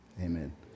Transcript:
Amen